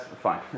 fine